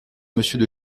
monsieur